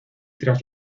tras